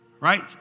Right